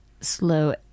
Slow